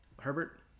Herbert